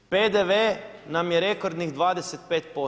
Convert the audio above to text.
PDV nam je rekordnih 25%